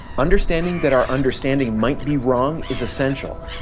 understanding that our understanding might be wrong is essential,